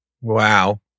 Wow